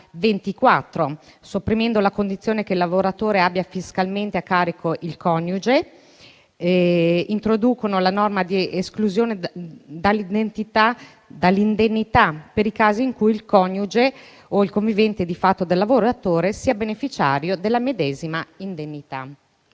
2024: sopprimendo la condizione che il lavoratore abbia fiscalmente a carico il coniuge, introducono la norma di esclusione dall'indennità per i casi in cui il coniuge o il convivente di fatto del lavoratore sia beneficiario della medesima indennità.